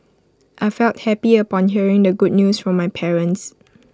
I felt happy upon hearing the good news from my parents